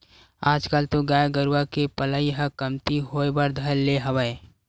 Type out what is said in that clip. आजकल तो गाय गरुवा के पलई ह कमती होय बर धर ले हवय